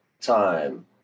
time